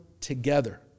together